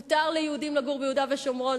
מותר ליהודים לגור ביהודה ושומרון,